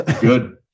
good